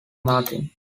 marten